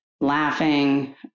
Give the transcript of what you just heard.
laughing